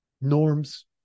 Norms